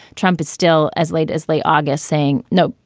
trump is still as late as late august saying, no,